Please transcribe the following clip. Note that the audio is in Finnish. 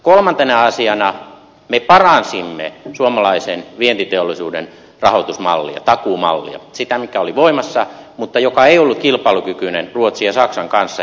kolmantena asiana me paransimme suomalaisen vientiteollisuuden rahoitusmallia takuumallia sitä mikä oli voimassa mutta joka ei ollut kilpailukykyinen ruotsin ja saksan kanssa